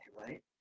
right